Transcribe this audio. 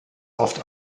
oft